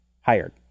hired